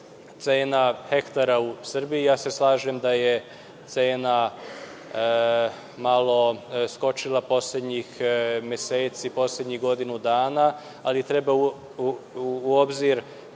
cena hektara u Srbiji. Slažem se da je cena malo skočila poslednjih meseci, poslednjih godinu dana, ali treba uzeti